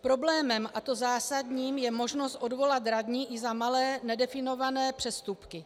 Problémem, a to zásadním, je možnost odvolat radní i za malé nedefinované přestupky.